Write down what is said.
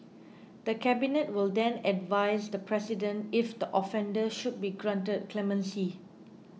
the Cabinet will then advise the President if the offender should be granted clemency